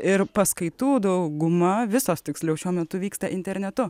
ir paskaitų dauguma visos tiksliau šiuo metu vyksta internetu